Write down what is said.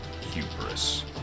Hubris